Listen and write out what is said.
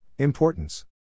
Importance